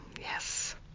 Yes